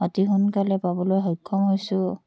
অতি সোনকালে পাবলৈ সক্ষম হৈছো